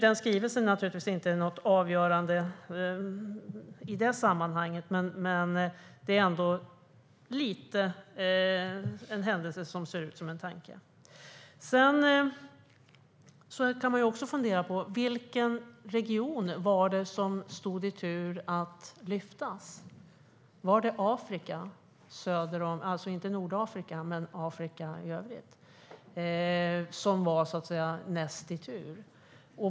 Den skrivelsen är naturligtvis inte avgörande i detta sammanhang, men det är ändå lite grann en händelse som ser ut som en tanke. Man kan också fundera på vilken region det var som stod i tur att lyftas fram. Var det Afrika - inte Nordafrika men Afrika i övrigt - som var näst i tur?